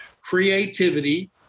Creativity